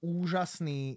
úžasný